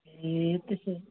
ए त्यसो भए